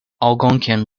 algonquian